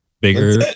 Bigger